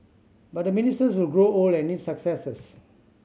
but the ministers will grow old and need successors